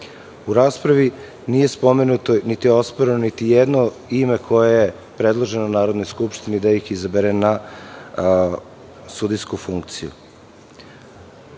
U raspravi nije spomenuto niti osporeno niti jedno ime koje je predloženo Narodnoj skupštini da ih izabere ne sudijsku funkciju.